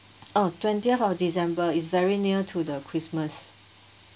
oh twentieth of december is very near to the Christmas